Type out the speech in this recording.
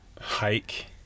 Hike